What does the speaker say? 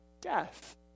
death